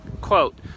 Quote